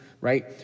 right